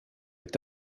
est